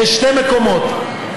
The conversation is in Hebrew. בשני מקומות.